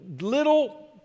little